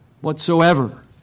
whatsoever